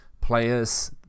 players